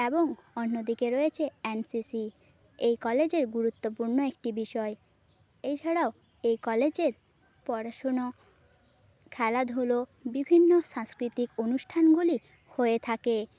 এবং অন্য দিকে রয়েছে এন সি সি এই কলেজের গুরুত্বপূর্ণ একটি বিষয় এছাড়াও এই কলেজের পড়াশুনো খেলাধুলো বিভিন্ন সাংস্কৃতিক অনুষ্ঠানগুলি হয়ে থাকে